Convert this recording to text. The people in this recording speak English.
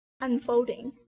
unfolding